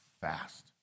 fast